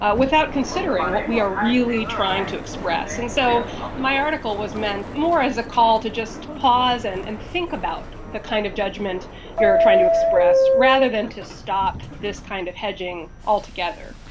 ah without considering what we are really trying to express. and so my article was meant more as a call to just pause and and think about the kind of judgement you are trying to express, rather than to stop this kind of hedging altogether.